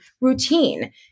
routine